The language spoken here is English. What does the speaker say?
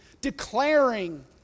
declaring